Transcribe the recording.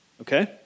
okay